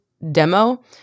demo